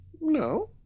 no